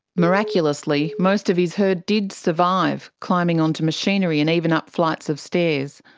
miraculously most of his herd did survive, climbing onto machinery and even up flights of stairs.